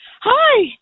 Hi